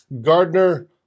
Gardner